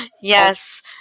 yes